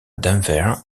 denver